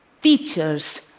Teachers